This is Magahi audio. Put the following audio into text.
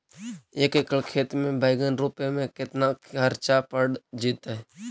एक एकड़ खेत में बैंगन रोपे में केतना ख़र्चा पड़ जितै?